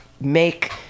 make